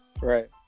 Right